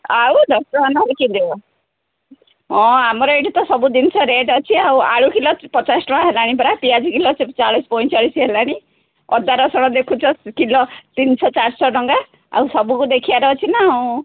ଆଉ ଦଶଟଙ୍କା ନହେଲେ କେମିତି ହେବ ହଁ ଆମର ଏଠି ତ ସବୁ ଜିନିଷ ରେଟ୍ ଅଛି ଆଉ ଆଳୁ କିଲୋ ପଚାଶ ଟଙ୍କା ହେଲାଣି ପରା ପିଆଜ କିଲୋ ଚାଳିଶ ପଇଁଚାଳିଶ ହେଲାଣି ଅଦା ରସୁଣ ଦେଖୁଛ କିଲୋ ତିନିଶହ ଚାରିଶହ ଟଙ୍କା ଆଉ ସବୁକୁ ଦେଖିବାର ଅଛି ନା ଆଉ